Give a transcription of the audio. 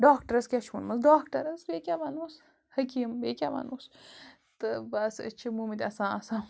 ڈاکٹرَس کیٛاہ چھُو ووٚنمَس ڈاکٹَر حظ بیٚیہِ کیٛاہ وَنوس حکیٖم بیٚیہِ کیٛاہ وَنوس تہٕ بَس أسۍ چھِ مُمٕتۍ اَسان اَسان